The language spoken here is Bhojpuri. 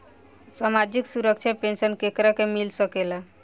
सामाजिक सुरक्षा पेंसन केकरा के मिल सकेला?